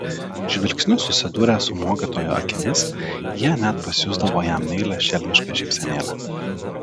žvilgsniu susidūrę su mokytojo akimis jie net pasiųsdavo jam meilią šelmišką šypsenėlę